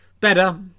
better